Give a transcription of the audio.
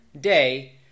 day